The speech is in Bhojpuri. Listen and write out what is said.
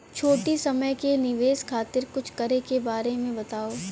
छोटी समय के निवेश खातिर कुछ करे के बारे मे बताव?